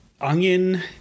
onion